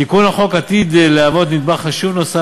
תיקון החוק עתיד להוות נדבך חשוב נוסף